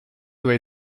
doit